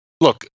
Look